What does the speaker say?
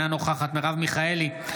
אינה נוכחת מרב מיכאלי,